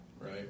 right